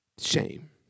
shame